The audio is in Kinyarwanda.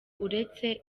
uretse